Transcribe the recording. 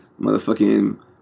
motherfucking